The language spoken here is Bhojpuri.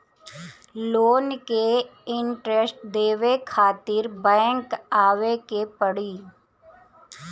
लोन के इन्टरेस्ट देवे खातिर बैंक आवे के पड़ी?